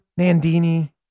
Nandini